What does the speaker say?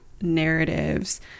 narratives